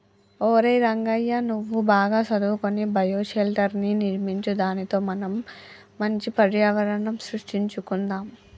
ఒరై రంగయ్య నువ్వు బాగా సదువుకొని బయోషెల్టర్ర్ని నిర్మించు దానితో మనం మంచి పర్యావరణం సృష్టించుకొందాం